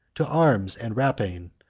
to arms and rapine,